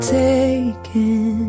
taken